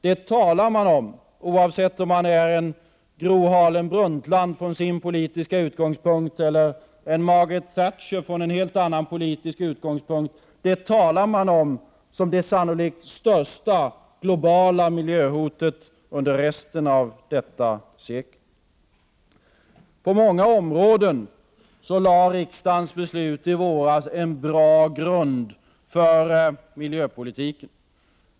Det talar man om — såväl Gro Harlem Brundtland från sin politiska utgångspunkt som Margaret Thatcher från en helt annan politisk utgångspunkt — som det sannolikt största globala miljöhotet under resten av detta sekel. På många områden lade riksdagens beslut i våras en bra grund för miljöpolitiken.